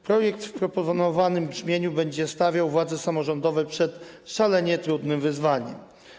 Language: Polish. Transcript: Projekt w proponowanym brzmieniu będzie stawiał władze samorządowe przed szalenie trudnym wyzwaniem.